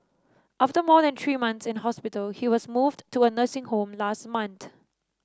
after more than three months in hospital he was moved to a nursing home last month